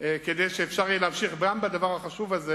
כדי שאפשר יהיה להמשיך גם בדבר החשוב הזה